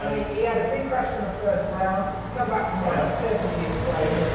um and he had a big crash in the first round. came back from ah ah seventieth place.